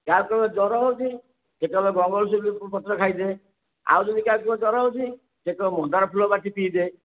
ଯାହାକୁ କହିବ ଜ୍ୱର ହେଉଛି ସିଏ କହିବ ଗଙ୍ଗଶିଉଳି ପତ୍ର ଖାଇଦେ ଆଉ ଯଦି କାହାକୁ ଜ୍ୱର ହେଉଛି ସିଏ କହିବ ମନ୍ଦାର ଫୁଲ ବାଟି ପିଇଦେ